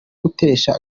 gutesha